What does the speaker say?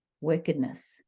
wickedness